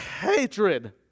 hatred